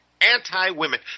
anti-women